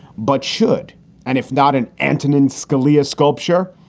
but should and if not an antonin scalia sculpture,